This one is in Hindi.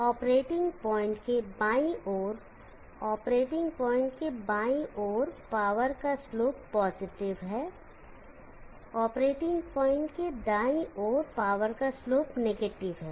ऑपरेटिंग पॉइंट के बाईं ओर ऑपरेटिंग पॉइंट के बाईं ओर पावर का स्लोप पॉजिटिव है ऑपरेटिंग पॉइंट के दाईं ओर पावर का स्लोप नीगेटिव है